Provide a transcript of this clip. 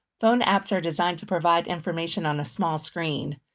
phone apps are designed to provide information on a small screen.